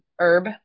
Herb